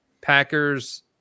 Packers